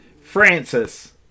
Francis